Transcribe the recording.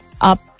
up